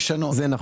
נכון.